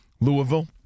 Louisville